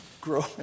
grow